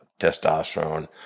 testosterone